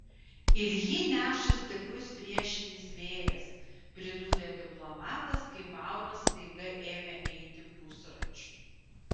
ir jį neša stiprus priešinis vėjas pridūrė diplomatas kai mauras staiga ėmė eiti pusračiu